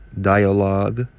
Dialogue